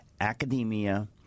academia